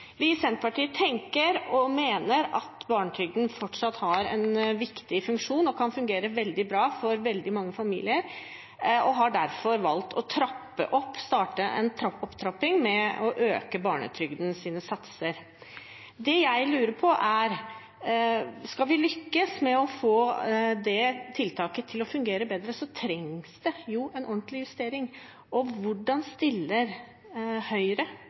Vi i Senterpartiet tenker og mener at barnetrygden fortsatt har en viktig funksjon og kan fungere veldig bra for veldig mange familier, og vi har derfor valgt å starte en opptrapping ved å øke barnetrygdens satser. Det jeg lurer på, er: Skal vi lykkes med å få det tiltaket til å fungere bedre, trengs det en ordentlig justering. Hvordan stiller Høyre